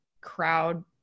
crowd